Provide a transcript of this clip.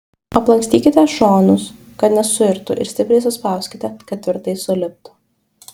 aplankstykite šonus kad nesuirtų ir stipriai suspauskite kad tvirtai suliptų